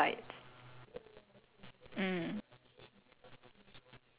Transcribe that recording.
okay so like you don't like it when someone is cocky cause it reveals their insides